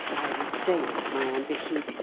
i restrained my ambition,